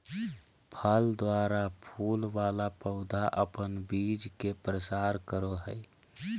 फल द्वारा फूल वाला पौधा अपन बीज के प्रसार करो हय